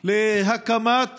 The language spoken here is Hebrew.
להקמת